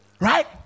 right